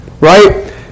Right